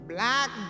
Black